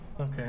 Okay